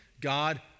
God